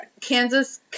Kansas